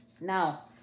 now